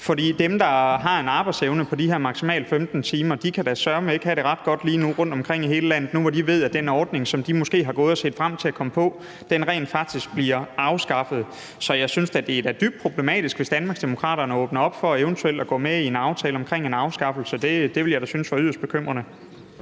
For dem, der har en arbejdsevne på de her maksimalt 15 timer, kan da søreme ikke have det ret godt lige nu rundtomkring i hele landet, nu da de ved, at den ordning, de måske har gået og set frem til at komme på, rent faktisk bliver afskaffet. Så jeg synes da, at det er dybt problematisk, hvis Danmarksdemokraterne åbner op for eventuelt at gå med i en aftale om en afskaffelse. Det ville jeg da synes var yderst bekymrende.